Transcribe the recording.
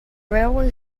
railway